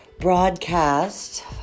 broadcast